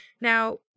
Now